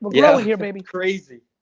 you know here, baby. crazy,